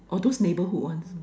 oh those neighborhood ones